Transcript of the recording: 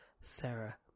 Sarah